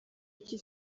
iki